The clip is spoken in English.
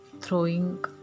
throwing